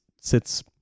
sits